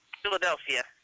Philadelphia